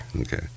Okay